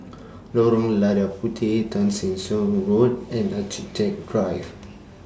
Lorong Lada Puteh Tessensohn Road and Architecture Drive